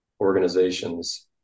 organizations